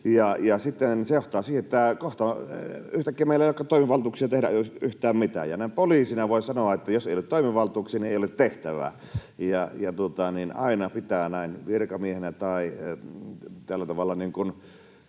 se johtaa siihen, että kohta yhtäkkiä meillä ei olekaan toimivaltuuksia tehdä yhtään mitään — ja näin poliisina voin sanoa, että jos ei ole toimivaltuuksia, niin ei ole tehtävää. Aina näin virkamiehenä tai tällä tavalla